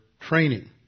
training